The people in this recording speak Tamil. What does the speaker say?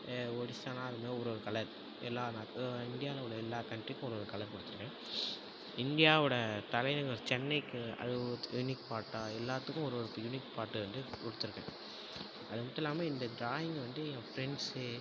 ஒடிஸான்னா அது மாதிரி ஒரு ஒரு கலர் எல்லா நாட் இந்தியாவில உள்ள எல்லா கன்ட்ரிக்கும் ஒரு ஒரு கலர் கொடுத்துருக்கேன் இந்தியாவோட தலைநகர் சென்னைக்கு அது ஒரு யூனிக் பார்ட்டாக எல்லாத்துக்கும் ஒரு ஒரு யூனிக் பார்ட் வந்து கொடுத்துருக்கேன் அது மட்டும் இல்லாமல் இந்த ட்ராயிங் வந்து ஏன் ப்ரெண்ட்ஸு